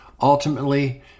Ultimately